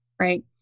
right